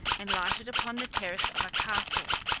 and lighted upon the terrace of a castle,